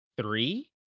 three